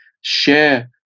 share